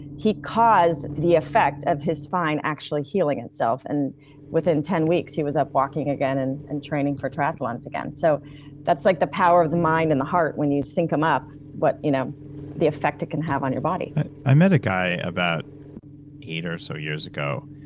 he caused the effect of his spine actually healing itself and within ten weeks he was up walking again and and training for triathlons again. so that's like the power of the mind and the heart when you sync them up, you know the effect it can have on your body i met a guy about eight or so years ago,